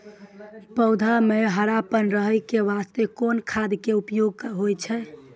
पौधा म हरापन रहै के बास्ते कोन खाद के उपयोग होय छै?